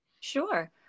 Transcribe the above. Sure